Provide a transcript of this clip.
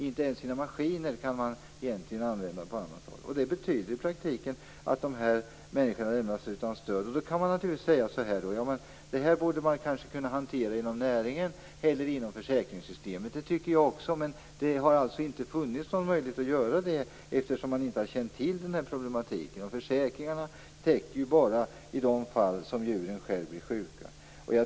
Inte ens maskinerna kan användas på annat håll. Det betyder i praktiken att de här människorna lämnas utan stöd. Vi kan naturligtvis säga att detta borde kunna hanteras inom näringen eller inom försäkringssystemet. Det tycker jag också, men det har inte funnits någon möjlighet att göra det eftersom man inte har känt till problematiken. Försäkringarna täcker ju bara de fall då djuren blir sjuka.